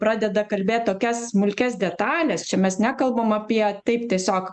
pradeda kalbėt tokias smulkias detales čia mes nekalbam apie taip tiesiog